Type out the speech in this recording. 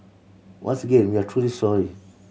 once again we are truly sorry